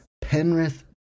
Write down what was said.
Penrith